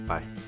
Bye